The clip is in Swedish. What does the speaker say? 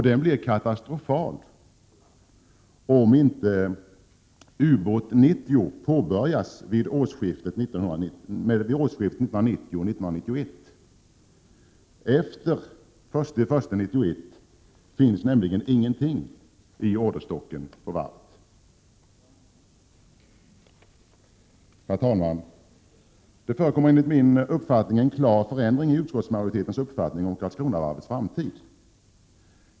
Den blir katastrofal om inte Ubåt 90 påbörjas vid årsskiftet 1990-1991. Efter den 1 januari 1991 finns nämligen ingenting i orderstocken på varvet. Herr talman! Det föreligger enligt min uppfattning en klar förändring i utskottsmajoritetens uppfattning om Karlskronavarvets framtid.